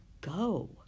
Go